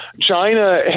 china